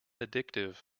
addictive